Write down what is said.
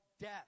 death